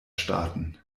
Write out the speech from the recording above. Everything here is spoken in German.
starten